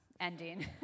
ending